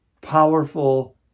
powerful